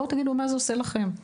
שיגידו מה זה עושה להם.